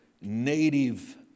native